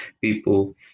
people